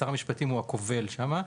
שר המשפטים הוא הקובל שם,